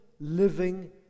living